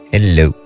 Hello